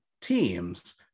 teams